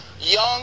Young